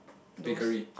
bakery